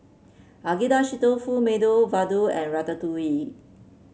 Agedashi Dofu Medu Vada and Ratatouille